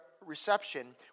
reception